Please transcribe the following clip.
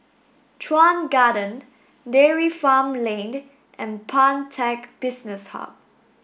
Chuan Garden Dairy Farm Lane and Pantech Business Hub